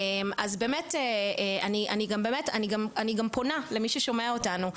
אז באמת אני גם פונה למי ששומע אותנו,